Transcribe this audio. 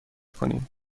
کنیم